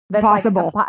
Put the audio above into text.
possible